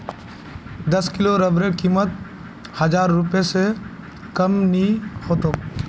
दस किलो रबरेर कीमत हजार रूपए स कम नी ह तोक